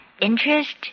Interest